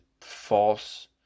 false